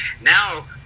Now